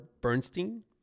Bernstein